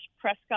Prescott